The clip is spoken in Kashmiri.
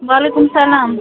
وعلیکُم سلام